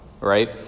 right